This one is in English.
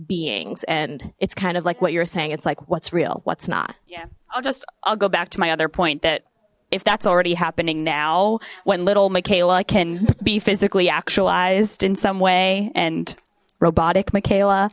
beings and it's kind of like what you're saying it's like what's real what's not i'll just i'll go back to my other point that if that's already happening now when little mikayla can be physically actualized in some way and robotic mikaela